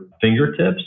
fingertips